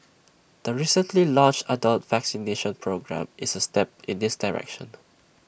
the recently launched adult vaccination programme is A step in this direction